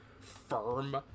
firm